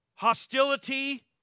hostility